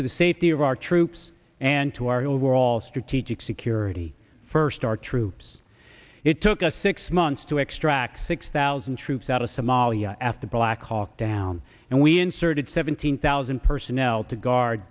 to the safety of our troops and to our overall strategic security first our troops it took us six months to extract six thousand troops out of somalia after black hawk down and we inserted seventeen thousand personnel to guard